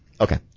Okay